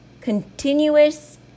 continuous